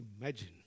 imagine